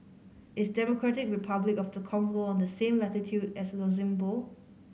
is Democratic Republic of the Congo on the same latitude as Luxembourg